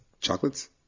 chocolates